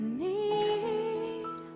need